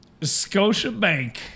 Scotiabank